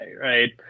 right